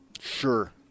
Sure